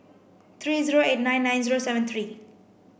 three zero eight nine nine zero seven three